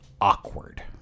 awkward